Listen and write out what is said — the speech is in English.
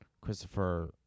Christopher